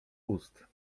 ust